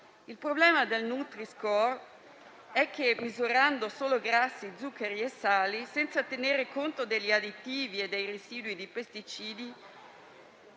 Il problema del nutri-score è che misurando solo grassi, zuccheri e sali senza tenere conto degli additivi e dei residui di pesticidi,